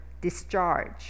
discharge